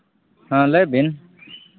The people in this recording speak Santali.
ᱦᱮᱸ ᱞᱟᱹᱭ ᱵᱤᱱ